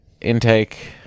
intake